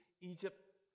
Egypt